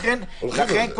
לכן תמכנו בחוק הזה,